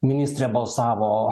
ministrė balsavo